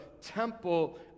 temple